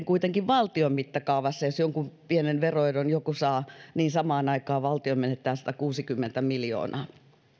kuitenkin valtion mittakaavassa jos jonkun pienen veroedun joku saa samaan aikaan valtio menettää satakuusikymmentä miljoonaa